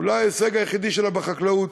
אולי ההישג היחידי שלה בחקלאות,